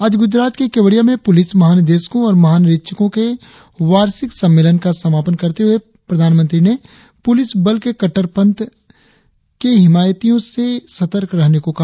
आज गुजरात के केवड़िया में पुलिस महानिदेशकों और महानिरीक्षकों के वार्षिक सम्मेलन का समापन करते हुए प्रधानमंत्री ने पुलिस बल से कटटरपंथ के हिमायतियों से सतर्क रहने को कहा